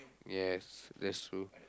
yes that's true